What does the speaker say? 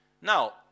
Now